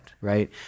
right